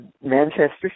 Manchester